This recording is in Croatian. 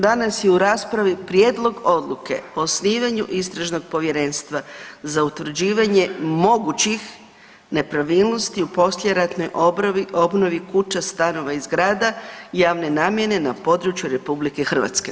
Danas je u raspravi prijedlog odluke o osnivanju istražnog povjerenstva za utvrđivanje mogućih nepravilnosti u poslijeratnoj obnovi kuća, stanova i zgrada javne namjene na području RH.